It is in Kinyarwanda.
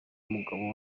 mugabo